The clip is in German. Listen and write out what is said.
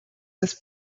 des